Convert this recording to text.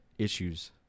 issues